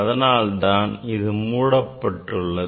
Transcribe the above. அதனால்தான் இது மூடப்பட்டுள்ளது